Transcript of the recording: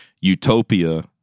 utopia